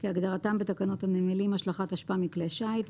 כהגדרתם בתקנות הנמלים השלכת אשפה מכלי שיט,